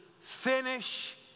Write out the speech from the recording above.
finish